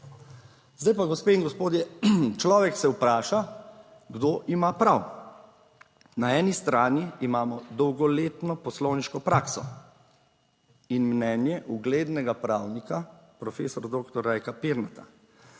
Zdaj pa, gospe in gospodje, človek se vpraša, kdo ima prav? Na eni strani imamo dolgoletno poslovniško prakso in mnenje uglednega pravnika, profesorja doktor Rajka Pirnata.